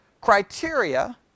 criteria